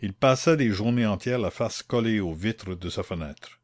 il passait des journées entières la face collée aux vitres de sa fenêtre